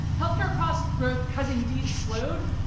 health care cost growth has indeed slowed,